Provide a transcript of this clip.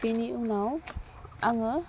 बिनि उनाव आङो